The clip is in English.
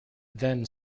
then